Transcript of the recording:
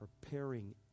preparing